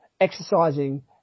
exercising